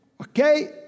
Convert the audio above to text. Okay